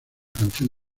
canción